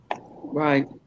Right